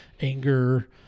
anger